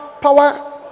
power